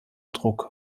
druck